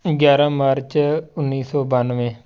ਗਿਆਰਾਂ ਮਾਰਚ ਉੱਨੀ ਸੌ ਬੱਨਵੇ